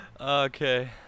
Okay